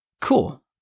Cool